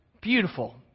beautiful